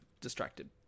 distracted